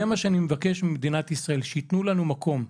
זה מה שאני מבקש ממדינת ישראל, שיתנו לנו מקום.